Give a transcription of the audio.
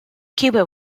cuba